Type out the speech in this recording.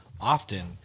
often